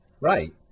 Right